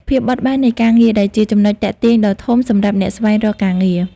ភាពបត់បែននៃការងារ ដែលជាចំណុចទាក់ទាញដ៏ធំសម្រាប់អ្នកស្វែងរកការងារ។